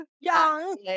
Young